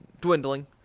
dwindling